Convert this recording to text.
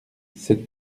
cette